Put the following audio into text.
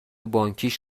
بانکیش